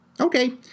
okay